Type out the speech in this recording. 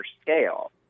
scale